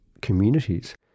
communities